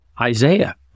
Isaiah